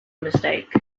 mistake